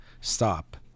stop